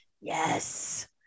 yes